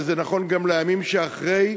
וזה נכון גם לימים שאחרי,